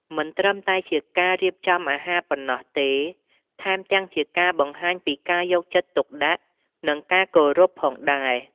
មិនត្រឹមតែជាការរៀបចំអាហារប៉ុណ្ណោះទេ ថែមទាំងជាការបង្ហាញពីការយកចិត្តទុកដាក់ និងការគោរពផងដែរ។